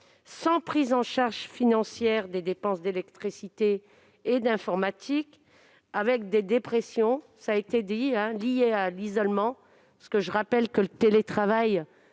sans prise en charge financière des dépenses d'électricité et d'informatique, avec des dépressions liées à l'isolement ; je le rappelle, le télétravail